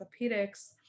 orthopedics